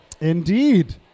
Indeed